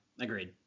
Agreed